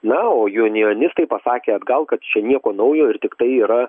na o junjonistai pasakė atgal kad čia nieko naujo ir tiktai yra